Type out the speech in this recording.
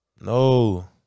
No